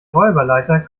räuberleiter